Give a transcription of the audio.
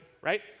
right